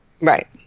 Right